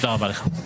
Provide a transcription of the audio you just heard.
תודה רבה לך.